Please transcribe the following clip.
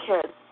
kids